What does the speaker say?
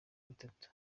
bitatu